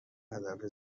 هدف